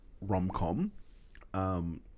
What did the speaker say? rom-com